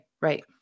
right